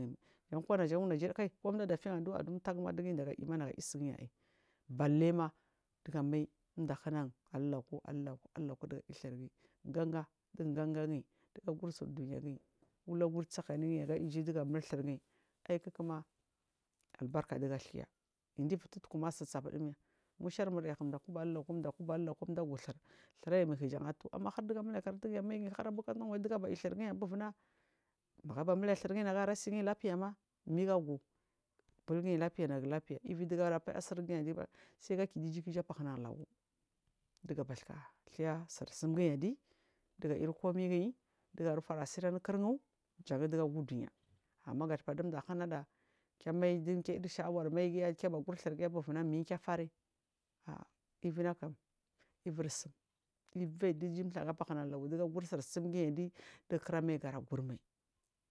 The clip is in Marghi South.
Jan ko naju untagu ma naga yi sugin bale mma digamai din du a hinan abu lanku anlanku anlanku akwaku diga yi tirginyi ganga di gu gangagin diga aguri sur dunyagin ulagur sakani gin aga iju diga multir ginyi kai kukuma albarka duga agir in divi tuttuku su sumya mushar mu yar kinda kuba alu kuku kinda akuba alu laiku ala gutir tir ayi mai jan a tu amma digamule karatu gin di gamai gai marbu karsan waje diga abu mul tirgin abufuna maga abu mule tirgin gara sigin lapiya ma minga agul tir lapiya nagu lapiya ivi diga luba paya su gin adiba ki iju apathan lagu diga baska tharsu sumgin adi anu kir yi jan duga agu u dunya amma dunda awuna da kya mai kiya mul sha’awar anu kirda kya ba gur tirda abufuna min wafari akwa ivina niri sum ivi ayi du iju tsarku apah na lagu duga aguri sun gin adi digu kira mai digu kila leba gur mai.